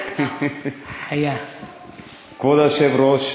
כבוד היושב-ראש,